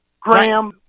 Graham